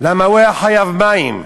הוא היה חייב חשבון מים,